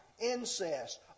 incest